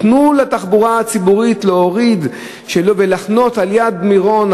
תנו לתחבורה הציבורית להוריד ולחנות ליד מירון,